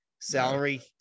salary